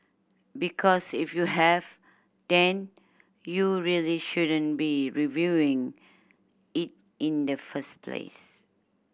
because if you have then you really shouldn't be reviewing it in the first place